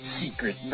Secret